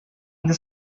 инде